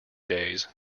days